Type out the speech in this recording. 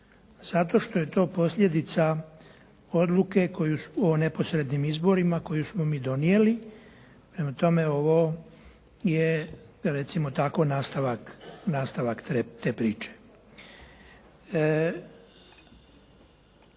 zato što je to posljedica odluke o neposrednim izborima koju smo mi donijeli. Prema tome ovo je, recimo tako, nastavak te priče.